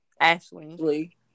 Ashley